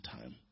time